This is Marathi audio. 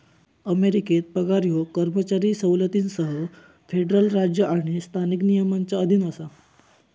अमेरिकेत पगार ह्यो कर्मचारी सवलतींसह फेडरल राज्य आणि स्थानिक नियमांच्या अधीन असा